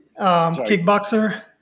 Kickboxer